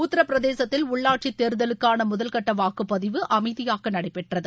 உத்திரபிரதேசத்தில் உள்ளாட்சித் தேர்தலுக்கான முதல்கட்ட வாக்குப்பதிவு அமைதியாக நடைபெற்றது